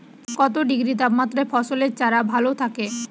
কত ডিগ্রি তাপমাত্রায় ফসলের চারা ভালো থাকে?